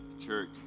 Church